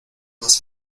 más